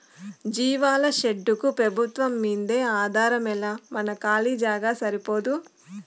జీవాల షెడ్డుకు పెబుత్వంమ్మీదే ఆధారమేలా మన కాలీ జాగా సరిపోదూ